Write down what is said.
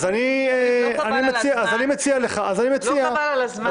אז מציע --- לא חבל על הזמן?